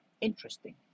interesting